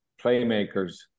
playmakers